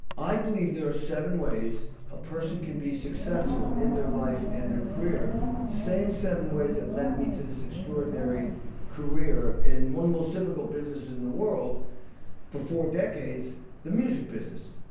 i believe there are seven ways a person can be successful in their life and their career the same seven ways that led me to this extraordinary career in one of the most difficult businesses in the world for four decades the music business.